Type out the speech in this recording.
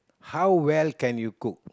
how well can you cook